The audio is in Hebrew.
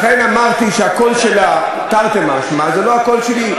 לכן אמרתי שהקול שלה, תרתי משמע, זה לא הקול שלי.